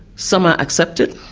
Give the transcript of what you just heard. some are accepted,